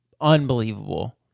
unbelievable